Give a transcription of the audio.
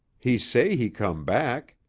he say he come back.